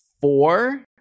four